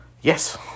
Yes